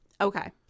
Okay